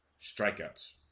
Strikeouts